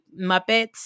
Muppets